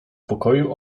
pokoju